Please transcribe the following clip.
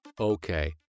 Okay